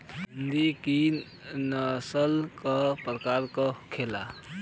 हिंदी की नस्ल का प्रकार के होखे ला?